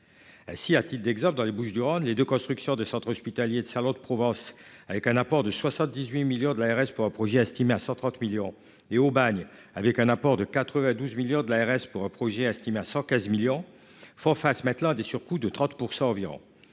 Si, a-t-il d'exemple dans les Bouches-du-Rhône les de construction de centres hospitaliers de Salon-de-Provence avec un apport de 78 millions de l'ARS pour un projet estimé à 130 millions et Aubagne avec un apport de 92 millions de la RS pour un projet estimé à 115 millions font face matelas des surcoûts de 30% environ